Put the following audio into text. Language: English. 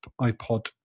iPod